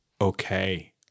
Okay